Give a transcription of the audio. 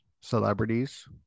celebrities